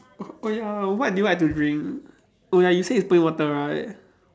oh oh ya what do you like to drink oh ya you say it's plain water right